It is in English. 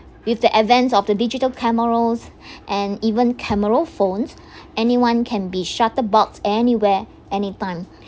with the advance of the digital camera and even camera phones anyone can be shutter box anywhere anytime